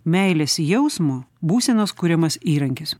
meilės jausmo būsenos kuriamas įrankis